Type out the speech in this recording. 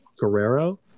Guerrero